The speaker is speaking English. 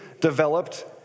developed